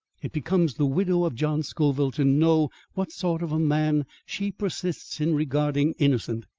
it becomes the widow of john scoville to know what sort of a man she persists in regarding innocent.